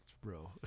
Bro